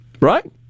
Right